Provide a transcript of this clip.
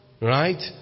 Right